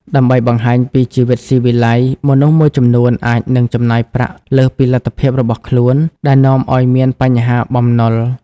ដើម្បីបង្ហាញពីជីវិតស៊ីវិល័យ មនុស្សមួយចំនួនអាចនឹងចំណាយប្រាក់លើសពីលទ្ធភាពរបស់ខ្លួន ដែលនាំឱ្យមានបញ្ហាបំណុល។